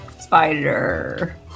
spider